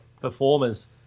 performers